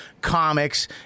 comics